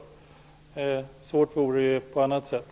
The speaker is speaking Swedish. Svårt vore det på annat sätt.